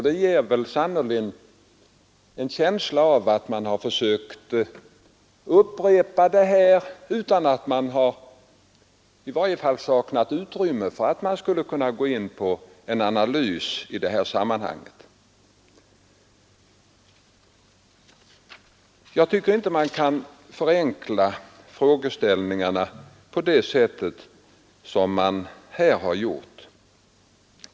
Det ger ett intryck av att man upprepat de orden så ofta att man saknat utrymme för att gå in på en analys i det här sammanhanget. Jag tycker inte att man kan förenkla frågeställningarna på det sätt som här skett.